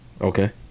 Okay